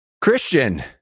Christian